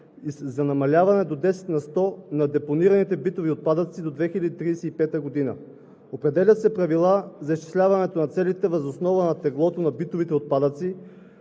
за намаляване до 10 на сто на депонираните битови отпадъци до 2035 г. Определят се правила за изчисляването на целите въз основа на теглото на битовите отпадъци,